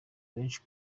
benshi